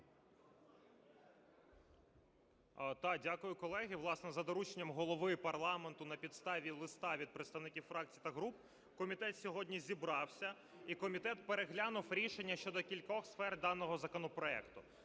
В.Ю. Дякую. Колеги, власне, за дорученням голови парламенту, на підставі листа від представників фракцій та груп комітет сьогодні зібрався, і комітет переглянув рішення щодо кількох сфер даного законопроекту.